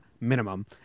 minimum